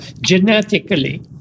genetically